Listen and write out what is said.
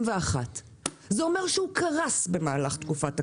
אומר שהוא קרס במהלך תקופת הקורונה.